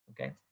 okay